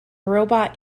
robot